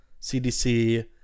CDC